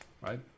right